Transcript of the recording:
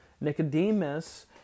Nicodemus